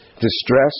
Distress